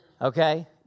Okay